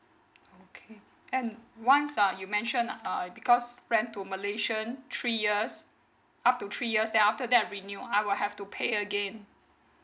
okay and once uh you mention uh because rent to malaysian three years up to three years then after that renew I will have to pay again